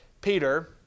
Peter